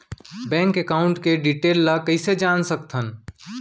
Bank account के detail ल कइसे जान सकथन?